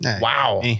wow